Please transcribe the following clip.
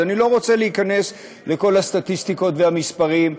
אז אני לא רוצה להיכנס לכל הסטטיסטיקות והמספרים.